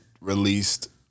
released